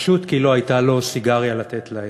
פשוט כי לא הייתה לו סיגריה לתת להם.